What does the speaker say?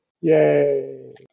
Yay